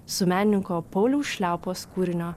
su menininko pauliaus šliaupos kūrinio